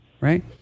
right